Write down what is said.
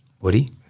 Woody